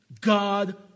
God